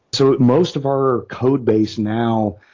so most of our codebase now,